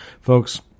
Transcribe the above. Folks